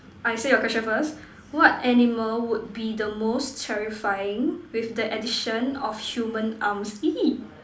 I said your question first what animal would be the most terrifying with the addition of human arms !ee!